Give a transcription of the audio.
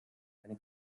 eine